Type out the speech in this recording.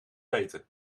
eten